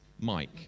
Mike